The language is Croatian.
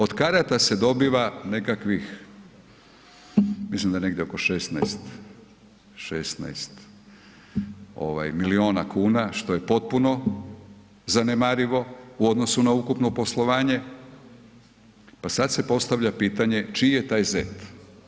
Od karata se dobiva nekakvih, mislim da negdje oko 16 milijuna kuna što je potpuno zanemarivo u odnosu na ukupno poslovanje pa sad se postavlja pitanje čiji je taj ZET?